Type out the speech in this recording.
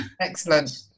Excellent